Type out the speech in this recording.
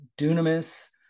dunamis